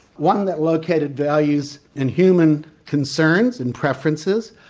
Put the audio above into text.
one that located values in human concerns and preferences,